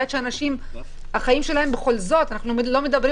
בעת שהחיים של אנשים אנחנו לא מדברים